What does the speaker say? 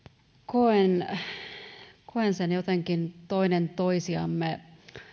koen koen sen jotenkin toinen toisiamme